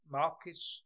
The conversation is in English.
markets